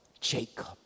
Jacob